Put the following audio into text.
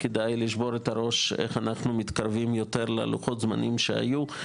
כדאי לשבור את הראש איך אנחנו מתקרבים יותר ללוחות הזמנים שהיו.